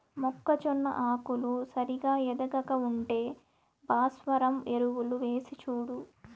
మొక్కజొన్న ఆకులు సరిగా ఎదగక ఉంటే భాస్వరం ఎరువులు వేసిచూడు